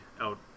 out